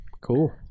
Cool